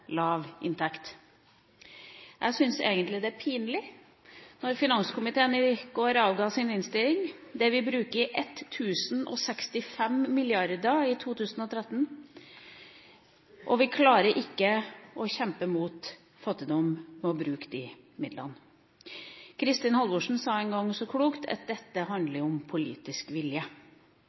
lav inntekt. Jeg syns egentlig det var pinlig da finanskomiteen i går avga sin innstilling, der vi bruker 1 065 mrd. kr i 2013, og vi klarer ikke å kjempe mot fattigdom ved å bruke de midlene. Kristin Halvorsen sa en gang så klokt at dette handler om politisk vilje.